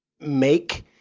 make